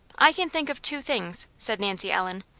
i can think of two things, said nancy ellen.